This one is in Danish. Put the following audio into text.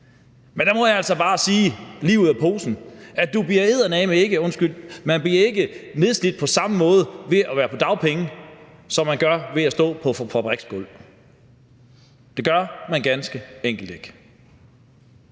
Men der må jeg altså bare sige lige ud af posen, at man ikke bliver nedslidt på samme måde ved at være på dagpenge, som man gør ved at stå på et fabriksgulv. Det gør man ganske enkelt ikke.